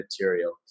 material